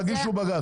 תגישו בג"צ.